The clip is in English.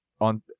on